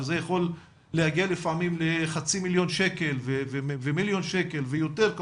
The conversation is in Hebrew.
שזה יכול להגיע לפעמים לחצי מיליון שקל ומיליון שקל ויותר,